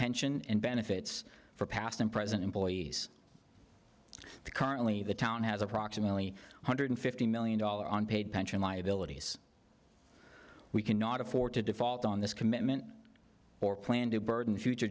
pension benefits for past and present employees currently the town has approximately one hundred and fifty million dollars on paid pension liabilities we cannot afford to default on this commitment or plan to burden future